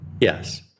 Yes